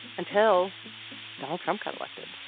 until donald trump got elected